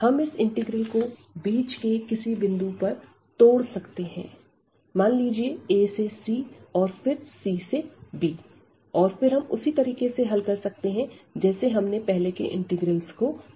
हम इस इंटीग्रल को बीच के किसी बिंदु पर तोड़ सकते हैं मान लीजिए a से c और फिर c से b और फिर हम उसी तरीके से हल कर सकते हैं जैसे हमने पहले के इंटीग्रल्स को किया है